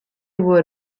were